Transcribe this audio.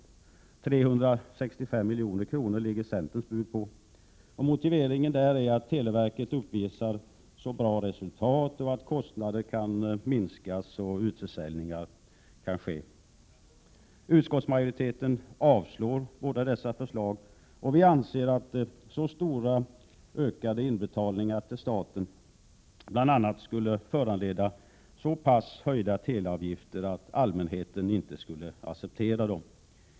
Centerpartiets bud ligger på 365 milj.kr., och motiveringen är där att televerket uppvisar så bra resultat att kostnader kan minskas och utförsäljningar ske. Utskottsmajoriteten avstyrker båda dessa förslag. Den anser att så stora ökningar av inbetalningar till staten bl.a. skulle föranleda så höga teleavgifter att allmänheten inte skulle acceptera dem.